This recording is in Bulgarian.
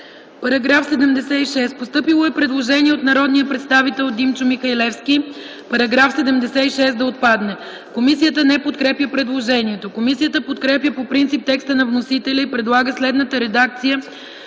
По § 77 е постъпило предложение от народния представител Димчо Михалевски -§ 77 да отпадне. Комисията не подкрепя предложението. Комисията подкрепя по принцип текста на вносителя и предлага следната редакция